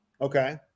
okay